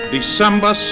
December